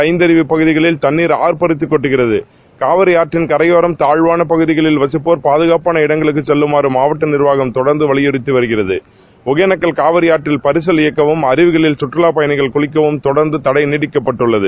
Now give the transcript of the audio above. ஐந்தருவி பகுதிகளில் தண்ணீர் ஆர்ப்பரித்து கொட்டுகிறது காவிரி ஆற்றின் கரையோரம் தாழ்வான பகுதிகளில் வசிப்போர் பாதுகாப்பான இடங்களக்கு செல்லுமாறு மாவட்ட நிர்வாகம் தொடர்ந்து வலிபுறுத்தி வருகிறது ஒகனேக்கல் காவிரி ஆற்றில் பரிசல் இயக்கவும் அருவிகளில் கற்றுலாப் பயணிகள் குளிக்கவும் தொடர்ந்து தடை நீட்டிக்கப்பட்டு உள்ளது